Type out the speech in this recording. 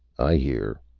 i hear.